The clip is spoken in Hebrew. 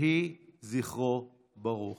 יהי זכרו ברוך.